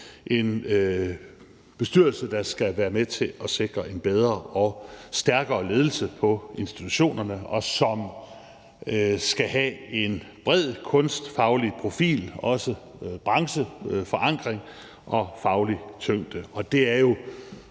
en bestyrelse, der skal være med til at sikre en bedre og stærkere ledelse på institutionerne, og som skal have en bred kunstfaglig profil og også brancheforankring og faglig tyngde. Og det er jo